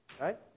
Right